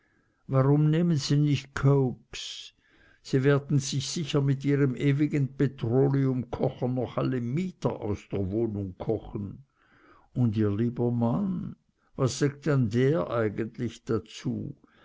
warum nehmen sie nich coaks sie werden sich mit ihrem ewigen petroleumkocher noch alle mieter aus der wohnung kochen und ihr lieber mann was sagt denn der eigentlich dazu